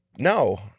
No